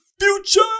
future